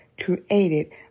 created